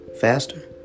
faster